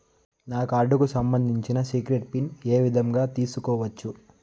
నా కార్డుకు సంబంధించిన సీక్రెట్ పిన్ ఏ విధంగా తీసుకోవచ్చు?